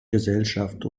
gesellschaft